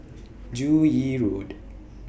Joo Yee Road